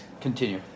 continue